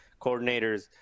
coordinators